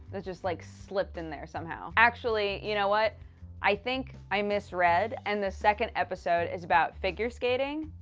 that just, like, slipped in there somehow. actually, you know what i think i misread, and the second episode is about figure skating.